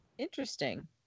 Interesting